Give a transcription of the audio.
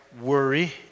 worry